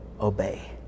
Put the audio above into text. obey